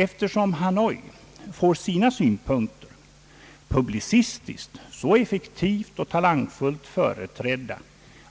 Eftersom Hanoi får sina synpunkter publicistiskt så effektivt och talangfullt företrädda